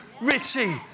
Richie